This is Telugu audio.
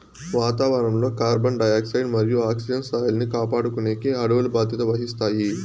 వాతావరణం లో కార్బన్ డయాక్సైడ్ మరియు ఆక్సిజన్ స్థాయిలను కాపాడుకునేకి అడవులు బాధ్యత వహిస్తాయి